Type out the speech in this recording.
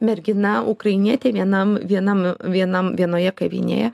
mergina ukrainietė vienam vienam vienam vienoje kavinėje